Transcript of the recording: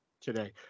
today